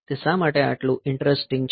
તે શા માટે આટલું ઈંટરેસ્ટીંગ છે